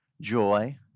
joy